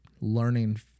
learning